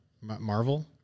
Marvel